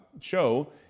show